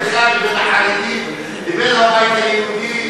מה ההבדל בינך לבין החרדים לבין הבית היהודי,